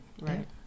Right